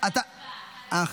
--- אני היוזמת.